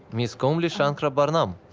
miss komali shankarabaranam!